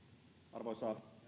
arvoisa herra